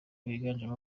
biganjemo